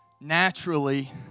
naturally